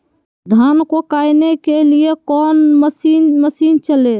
धन को कायने के लिए कौन मसीन मशीन चले?